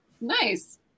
nice